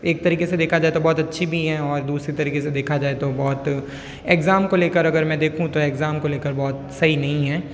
एक तरीके से देखा जाए तो बहुत अच्छी भी है और दूसरी तरीके से देखा जाए तो बहुत एग्ज़ाम को लेकर अगर मैं देखूँ तो एग्ज़ाम को लेकर बहुत सही नहीं है